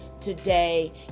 today